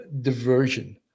diversion